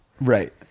Right